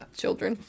children